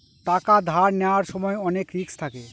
টাকা ধার নেওয়ার সময় অনেক রিস্ক থাকে